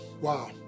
wow